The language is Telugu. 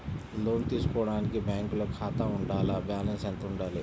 లోను తీసుకోవడానికి బ్యాంకులో ఖాతా ఉండాల? బాలన్స్ ఎంత వుండాలి?